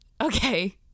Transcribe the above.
okay